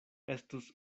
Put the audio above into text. estus